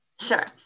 Sure